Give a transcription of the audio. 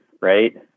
right